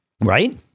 Right